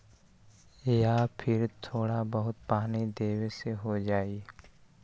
या फिर थोड़ा बहुत पानी देबे से हो जाइ?